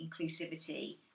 inclusivity